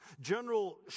General